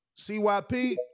CYP